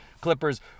Clippers